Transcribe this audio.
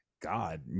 God